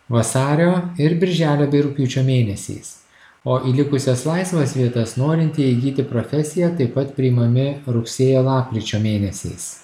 vasario ir birželio bei rugpjūčio mėnesiais o į likusias laisvas vietas norintieji įgyti profesiją taip pat priimami rugsėjo lapkričio mėnesiais